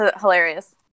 hilarious